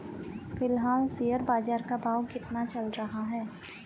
फिलहाल शेयर बाजार का भाव कितना चल रहा है?